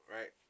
right